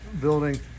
building